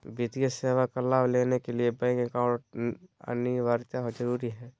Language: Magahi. वित्तीय सेवा का लाभ लेने के लिए बैंक अकाउंट अनिवार्यता जरूरी है?